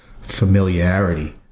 familiarity